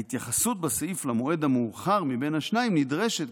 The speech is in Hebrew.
ההתייחסות בסעיף למועד המאוחר מבין השניים נדרשת